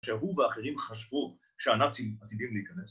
‫שהוא ואחרים חשבו ‫שהנאצים עתידים להיכנס.